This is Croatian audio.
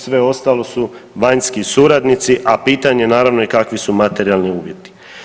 Sve ostalo su vanjski suradnici, a pitanje naravno kakvi su i materijalni uvjeti.